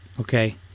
okay